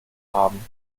haben